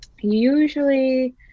usually